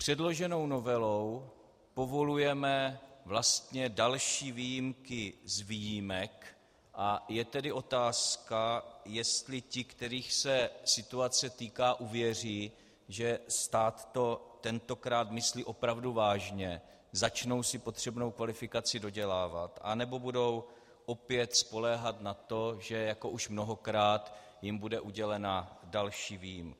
Předloženou novelou povolujeme vlastně další výjimky z výjimek, a je tedy otázka, jestli ti, kterých se situace týká, uvěří, že stát to tentokrát myslí opravdu vážně, začnou si potřebnou kvalifikaci dodělávat, anebo budou opět spoléhat na to, že jako už mnohokrát jim bude udělena další výjimka.